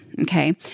Okay